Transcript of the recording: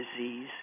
disease